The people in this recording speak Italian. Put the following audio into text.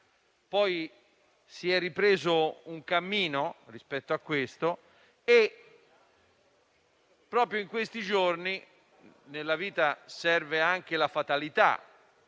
si è ripreso un cammino rispetto a questo tema e proprio in questi giorni - nella vita serve anche la fatalità